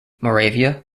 moravia